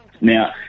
Now